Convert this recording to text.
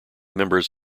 members